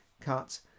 cut